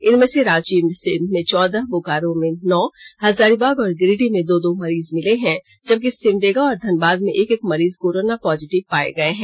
इनमें से रांची में चौदह बोकारो में नौ हजारीबाग और गिरिडीह में दो दो मरीज मिले हैं जबकि सिमडेगा और धनबाद में एक एक मरीज कोरोना पॉजिटिव पाये गये हैं